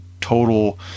total